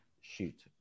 shoot